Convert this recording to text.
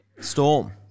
Storm